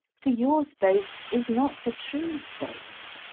for your space is not the true space.